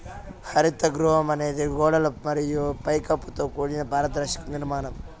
హరిత గృహం అనేది గోడలు మరియు పై కప్పుతో కూడిన పారదర్శక నిర్మాణం